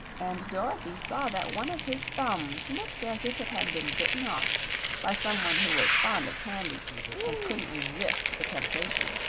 and dorothy saw that one of his thumbs looked as if it had been bitten off by some one who was fond of candy and couldn't resist the temptation.